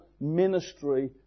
ministry